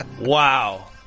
Wow